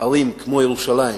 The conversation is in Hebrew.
ערים כמו ירושלים,